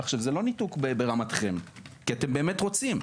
עכשיו, זה לא ניתוק ברמתכם כי אתם באמת רוצים.